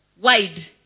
wide